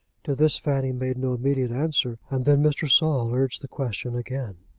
to this fanny made no immediate answer, and then mr. saul urged the question again.